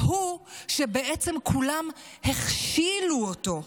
ההוא שבעצם כולם הכשילו אותו,